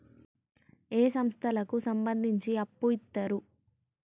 ఏ సంస్థలకు సంబంధించి అప్పు ఇత్తరు?